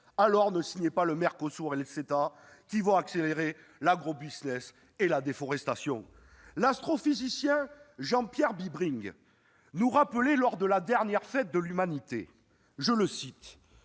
Alors ne signez pas le Mercosur et le CETA qui vont accélérer l'agro-business et la déforestation ! L'astrophysicien Jean-Pierre Bibring rappelait lors de la dernière Fête de l'Humanité que «